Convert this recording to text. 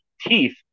teeth